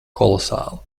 kolosāli